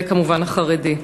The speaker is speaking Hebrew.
וכמובן החרדי.